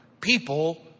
people